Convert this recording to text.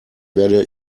werde